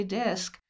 desk